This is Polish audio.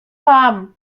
wam